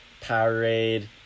Powerade